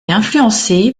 influencé